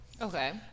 okay